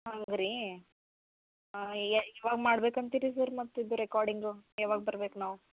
ಹಂಗೆ ರೀ ಇವಾಗ ಮಾಡ್ಬೇಕು ಅಂತಿರಿ ಸರ್ ಮತ್ತು ಇದು ರೆಕಾರ್ಡಿಂಗು ಯಾವಾಗ ಬರ್ಬೇಕು ನಾವು